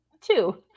two